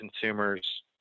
consumers